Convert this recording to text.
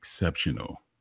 exceptional